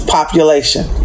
Population